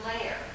layer